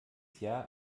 jahr